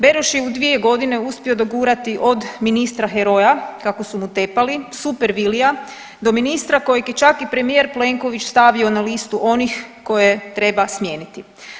Beroš je u 2 godine uspio dogurati od ministra heroja, kako su mu tepali, super Vilija, do ministra kojeg je čak i premijer Plenković stavio na listu onih koje treba smijeniti.